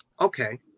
okay